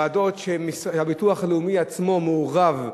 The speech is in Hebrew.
ועדות שהביטוח הלאומי עצמו מעורב בהן.